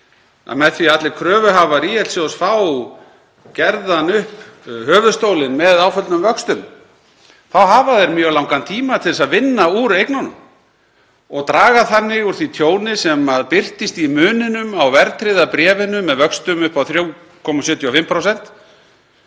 að með því að allir kröfuhafar ÍL-sjóðs fái gerðan upp höfuðstólinn með áföllnum vöxtum þá hafa þeir mjög langan tíma til að vinna úr eignunum og draga þannig úr tjóninu sem birtist í muninum á verðtryggða bréfinu með vöxtum upp á 3,75%